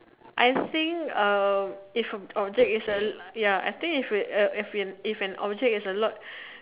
I think uh if an object it's a ya if a object is a lot